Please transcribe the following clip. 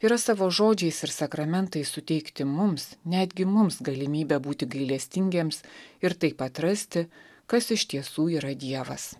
yra savo žodžiais ir sakramentais suteikti mums netgi mums galimybę būti gailestingiems ir taip atrasti kas iš tiesų yra dievas